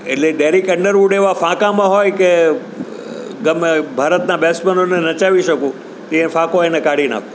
એટલે Derick Underwood એવા ફાંકામાં હોય કે ગમે ભારતના બેટ્સમેનોને નચાવી શકું તો એ ફાંકો એને કાઢી નાખું